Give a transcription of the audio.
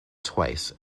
twice